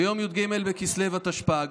ביום י"ג בכסלו התשפ"ג,